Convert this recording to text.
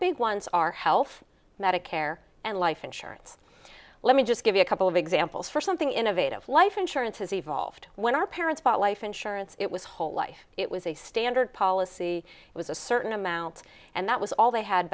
big ones our health medicare and life insurance let me just give you a couple of examples for something innovative life insurance has evolved when our parents bought life insurance it was whole life it was a standard policy it was a certain amount and that was all they had